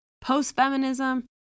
post-feminism